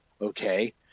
okay